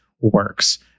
works